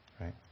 Right